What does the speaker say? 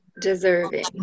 deserving